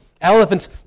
Elephants